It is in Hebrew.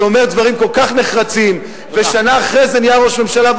שאומר דברים כל כך נחרצים ושנה אחרי זה נהיה ראש ממשלה,